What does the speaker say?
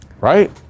Right